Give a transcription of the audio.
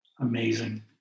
Amazing